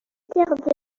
terres